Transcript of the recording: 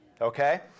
okay